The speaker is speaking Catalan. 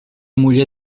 muller